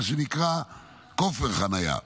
מה שנקרא כופר חניה.